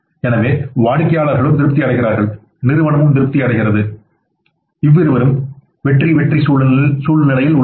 எனவே வாடிக்கையாளர்களும் திருப்தி அடைகிறார்கள் நிறுவனமும் திருப்தி அடைகிறது இவ்விருவரும் வெற்றி வெற்றி சூழ்நிலையில் உள்ளனர்